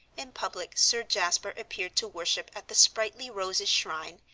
in public sir jasper appeared to worship at the sprightly rose's shrine,